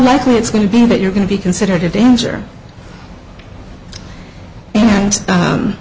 likely it's going to be that you're going to be considered a danger and